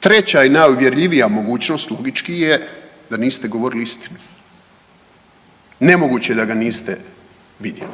Treća i najuvjerljivija mogućnost je da niste govorili istinu. Nemoguće da ga niste vidjeli.